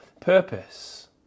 purpose